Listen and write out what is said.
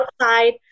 outside